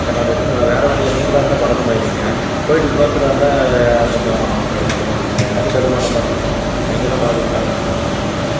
ஏன்னா ரிட்டன் வே வேறு வண்டியா நீங்களா இருந்தால் பழக்கம் ஆகிருவீங்க போய்ட்டு இன்னொருத்தரா இருந்தால் கொஞ்சம் தடுமாற்றமாக இருக்குமே எனக்கு தடுமாற்றமாக இருக்கும் அவங்களுக்குல்லாம் பழக்கப்பட்ட ஆளுங்கள் தான் அதுனால் தான் கேட்டேன்